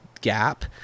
gap